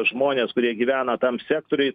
žmones kurie gyvena tam sektoriuj